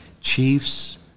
chiefs